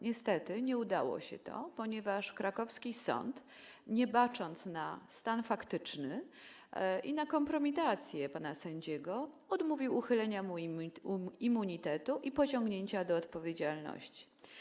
Niestety nie udało się to, ponieważ krakowski sąd, nie bacząc na stan faktyczny i na kompromitację pana sędziego, odmówił uchylenia mu immunitetu i pociągnięcia go do odpowiedzialności.